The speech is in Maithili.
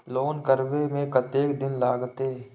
लोन करबे में कतेक दिन लागते?